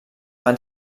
van